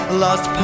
lost